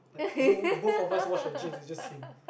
like no both of us wash our jeans it's just him